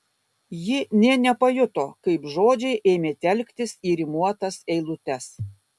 ji nė nepajuto kaip žodžiai ėmė telktis į rimuotas eilutes